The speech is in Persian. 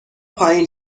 پایین